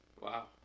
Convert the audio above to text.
Wow